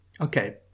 Okay